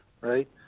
right